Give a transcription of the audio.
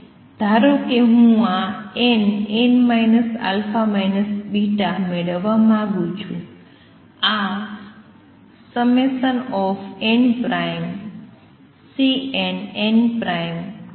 ધારો કે હું આ nn α β મેળવવા માંગું છું